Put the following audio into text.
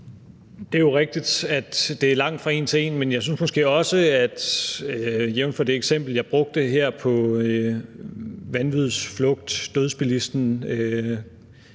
Det er jo rigtigt, at det langtfra er en til en. Men jeg synes måske også, at det eksempel, jeg brugte her – med vanvids-, flugt-, dødsbilisten,